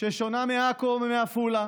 ששונה מעכו או מעפולה